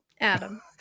Adam